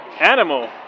Animal